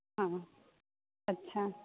हँ अच्छा